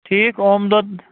ٹھیٖک اوم دۄد